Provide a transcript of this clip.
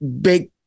big